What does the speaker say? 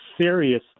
serious